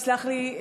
תסלח לי,